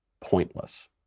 pointless